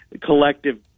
collective